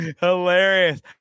Hilarious